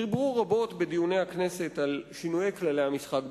דיברו רבות בדיוני הכנסת על שינוי כללי המשחק בכנסת,